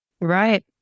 right